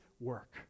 work